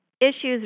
issues